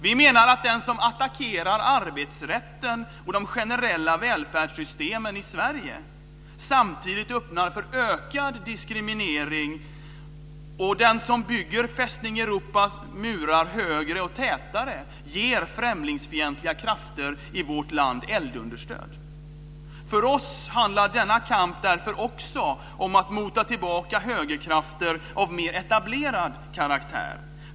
Vi menar att den som attackerar arbetsrätten och de generella välfärdssystemen i Sverige samtidigt öppnar för ökad diskriminering och att den som bygger Fästning Europas murar högre och tätare ger främlingsfientliga krafter i vårt land eldunderstöd. För oss handlar denna kamp därför också om att mota tillbaka högerkrafter av mer etablerad karaktär.